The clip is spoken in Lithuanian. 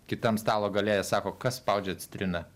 kitam stalo gale jie sako kas spaudžia citriną